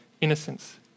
innocence